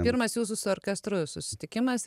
pirmas jūsų su orkestru susitikimas